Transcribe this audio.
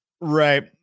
right